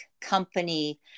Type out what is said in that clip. company